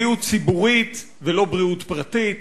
בריאות ציבורית ולא בריאות פרטית,